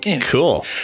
cool